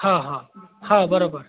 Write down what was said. हां हां हा बरोबर